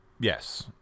Yes